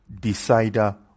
decider